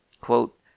quote